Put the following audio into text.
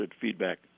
feedback